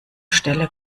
stelle